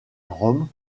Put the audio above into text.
rome